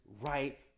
right